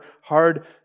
hard